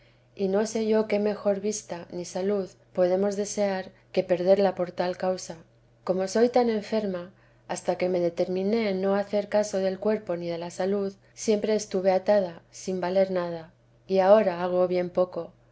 y no sé yo qué mejor vista ni salud podemos desear que perderla por tal causa como soy tan enferma hasta que me determiné en no hacer caso del cuerpo ni de la salud siempre estuve atada sin valer nada y ahora hago bien poco